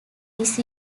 this